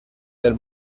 del